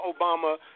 Obama